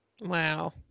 Wow